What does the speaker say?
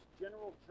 General